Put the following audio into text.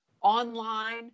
online